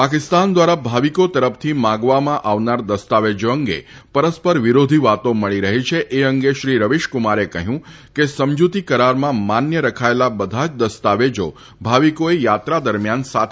પાકિસ્તાન દ્વારા ભાવિકો તરફથી માગવામાં આવનાર દસ્તાવેજો અંગે પરસ્પર વિરોધી વાતો મળી રઠી છે એ અંગે શ્રી રવિશકુમારે કહ્યું કે સમજુતી કરારમાં માન્ય રખાયેલા બધા જ દસ્તાવેજો ભાવિકોએ યાત્રા દરમ્યાન સાથે રાખવાના રહેશે